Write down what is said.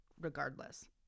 regardless